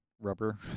rubber